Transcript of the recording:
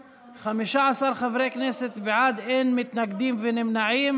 15, אין מתנגדים, אין נמנעים.